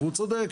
והוא צודק.